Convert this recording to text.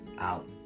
out